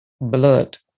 Blood